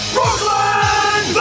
Brooklyn